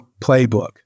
playbook